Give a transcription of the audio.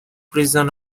prison